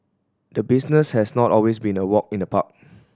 the business has not always been a walk in the park